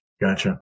Gotcha